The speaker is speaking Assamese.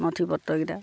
নথি পত্ৰকেইটা